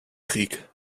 krieg